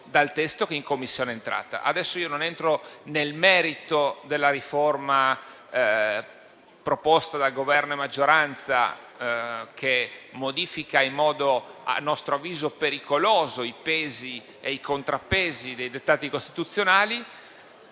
Adesso non entro nel merito della riforma proposta dal Governo e dalla maggioranza, che modifica in modo a nostro avviso pericoloso i pesi e i contrappesi del dettato costituzionale,